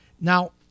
Now